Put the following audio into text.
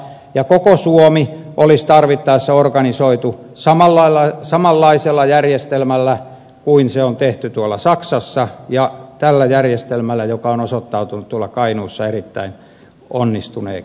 koko suomi olisi tarvittaessa organisoitu samanlaisella järjestelmällä kuin on tehty saksassa ja tällä järjestelmällä joka on osoittautunut kainuussa erittäin onnistuneeksi